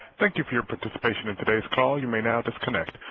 thank you for your participation in today's call you may now disconnect.